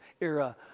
era